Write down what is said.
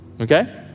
Okay